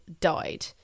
died